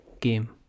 game